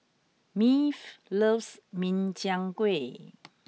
Maeve loves Min Chiang Kueh